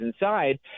inside